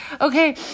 Okay